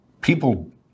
people